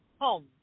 home